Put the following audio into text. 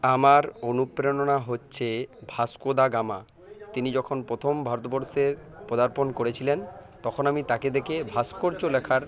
আমার অনুপ্রেরণা হচ্ছে ভাস্কো দা গামা তিনি যখন প্রথম ভারতবর্ষে পদার্পণ করেছিলেন তখন আমি তাকে দেখে ভাস্কর্য লেখার